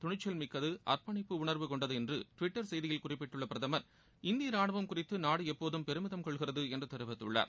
துணிச்சல் மிக்கது அர்ப்பணிப்பு உணர்வு கொண்டது என்று டுவிட்டர் செய்தியில் குறிப்பிட்டுள்ள பிரதமர் இந்திய ரானுவம் குறித்து நாடு எப்போதும் பெருமிதம் கொள்கிறது என்று தெரிவிததுள்ளார்